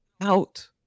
out